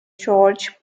george